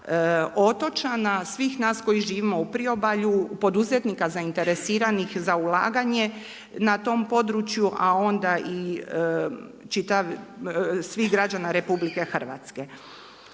otočana, svih nas koji živimo u priobalja, poduzetnika zainteresiranih za ulaganje na tom području, a onda i svih građana RH.